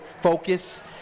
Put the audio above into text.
focus